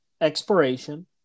expiration